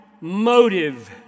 motive